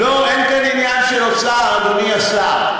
אין כאן עניין של אוצר, אדוני השר.